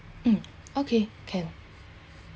mm okay can